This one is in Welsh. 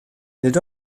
nid